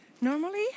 normally